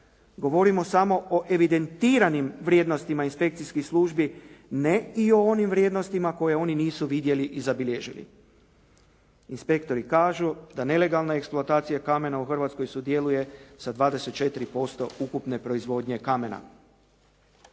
Govorimo samo o evidentiranim vrijednostima inspekcijskih službi, ne i o onim vrijednostima koje oni nisu vidjeli i zabilježili. Inspektori kažu da nelegalna eksploatacija kamena u Hrvatskoj sudjeluje sa 24% ukupne proizvodnje kamena.